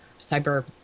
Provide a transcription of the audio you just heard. Cyber